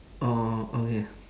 orh okay